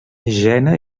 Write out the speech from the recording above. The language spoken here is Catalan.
jena